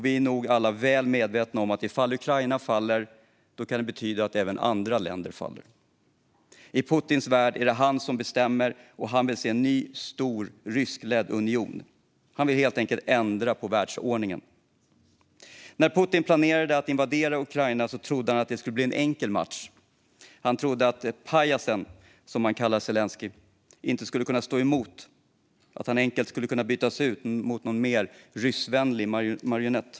Vi är nog alla väl medvetna om att ifall Ukraina faller kan det betyda att även andra länder faller. I Putins värld är det han som bestämmer, och han vill se en ny, stor, ryskledd union. Han vill helt enkelt ändra världsordningen. När Putin planerade att invadera Ukraina trodde han att det skulle bli en enkel match. Han trodde att "pajasen", som han kallar Zelenskyj, inte skulle kunna stå emot, att han enkelt skulle kunna bytas ut mot någon mer ryssvänlig marionett.